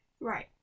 Right